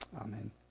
Amen